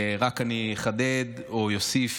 אני רק אחדד או אוסיף,